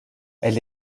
elle